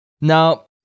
Now